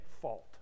fault